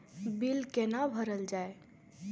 Bill कैना भरल जाय?